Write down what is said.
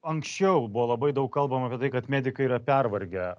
anksčiau buvo labai daug kalbama apie tai kad medikai yra pervargę